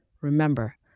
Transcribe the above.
Remember